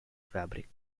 fabric